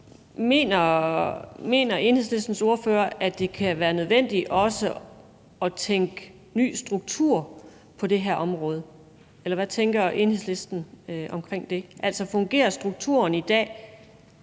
spørge Enhedslistens ordfører, om han mener, at det kan være nødvendigt også at tænke ny struktur på det her område – eller hvad tænker Enhedslisten om det? Altså, fungerer strukturen i dag